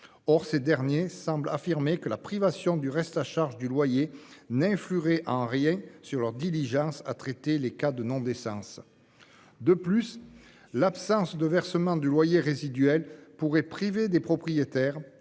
Or ces derniers semblent affirmer que la privation du reste à charge du loyer n'influerait en rien sur leur diligence à traiter les cas de non-décence. De plus, l'absence de versement du loyer résiduel pourrait priver des propriétaires,